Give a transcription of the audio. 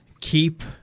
keep